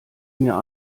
mir